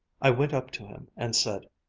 i went up to him and said,